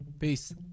Peace